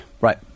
Right